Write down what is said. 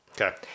Okay